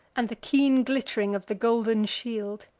and the keen glitt'ring of the golden shield.